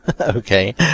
Okay